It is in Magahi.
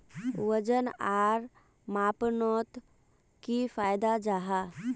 वजन आर मापनोत की फायदा जाहा?